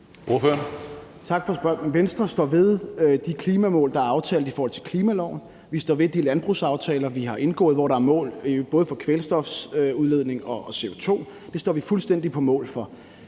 Tak for spørgsmålet. Venstre står ved de klimamål, der er aftalt i klimaloven. Vi står ved de landbrugsaftaler, vi har indgået, hvor der er mål for både kvælstof- og CO2-udledningen. Det står vi fuldstændig på mål for.